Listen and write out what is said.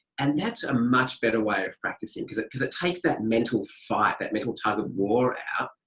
and that's a much better way of practising, because it because it takes that mental fight, that mental tug of war out.